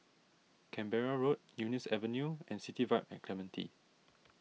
Canberra Road Eunos Avenue and City Vibe at Clementi